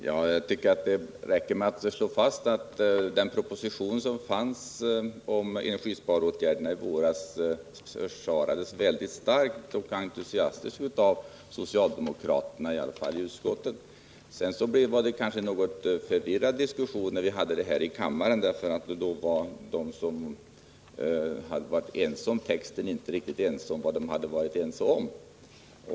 Herr talman! Jag tycker att det räcker med att slå fast att den proposition som förelåg om energisparåtgärderna i våras försvarades mycket starkt och entusiastiskt av socialdemokraterna, i alla fall i utskottet. Sedan var det en kanske något förvirrad diskussion här i kammaren. De som hade varit ense om texten var då inte riktigt ense om vad de hade varit ense om.